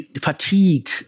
Fatigue